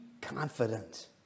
confident